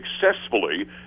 successfully